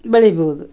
ಬೆಳಿಬೋದು